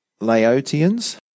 Laotians